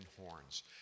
horns